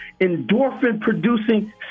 endorphin-producing